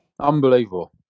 Unbelievable